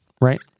Right